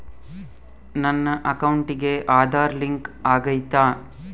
ನನ್ನ ಅಕೌಂಟಿಗೆ ಆಧಾರ್ ಲಿಂಕ್ ಆಗೈತಾ?